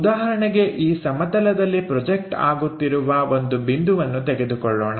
ಉದಾಹರಣೆಗೆ ಈ ಸಮತಲದಲ್ಲಿ ಪ್ರೊಜೆಕ್ಟ್ ಆಗುತ್ತಿರುವ ಒಂದು ಬಿಂದುವನ್ನು ತೆಗೆದುಕೊಳ್ಳೋಣ